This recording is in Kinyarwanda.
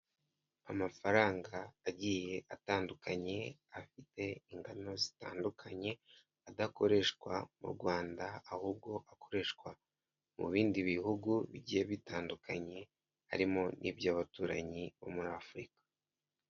Amafaranga agiye atandukanye, afite ingano zitandukanye, adakoreshwa mu Rwanda ahubwo akoreshwa mu bindi bihugu bigiye bitandukanye, harimo n'iby'abaturanyi bo muri Afurika.